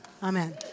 Amen